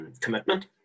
commitment